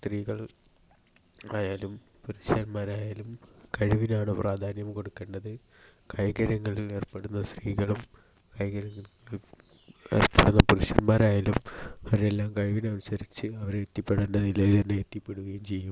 സ്ത്രീകൾ ആയാലും പുരുഷന്മാർ ആയാലും കഴിവിനാണ് പ്രാധാന്യം കൊടുക്കേണ്ടത് കായികയിനങ്ങളിൽ ഏർപ്പെടുന്ന സ്ത്രീകളും കായികയിനങ്ങളിൽ ഏർപ്പെടുന്ന പുരുഷന്മാരായാലും അവരെല്ലാം കഴിവിനനുസരിച്ച് അവർ എത്തിപ്പെടേണ്ട നിലയിൽ തന്നെ എത്തിപ്പെടുകയും ചെയ്യും